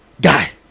Guy